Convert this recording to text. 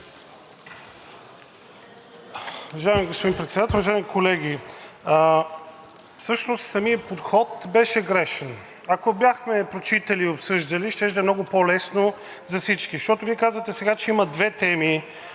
Уважаеми господин Председател, уважаеми колеги! Всъщност самият подход беше грешен. Ако бяхме прочитали и обсъждали, щеше да е много по-лесно за всички, защото Вие казвате сега, че има две теми